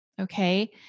okay